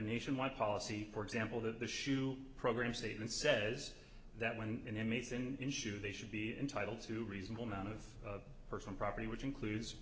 nationwide policy for example that the shoe program statement says that when inmates and ensure they should be entitled to reasonable amount of personal property which includes